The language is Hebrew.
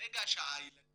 ברגע שהילד